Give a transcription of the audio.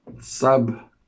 sub